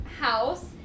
house